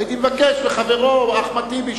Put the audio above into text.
והייתי מבקש מחברו אחמד טיבי,